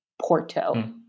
Porto